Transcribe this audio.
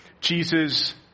Jesus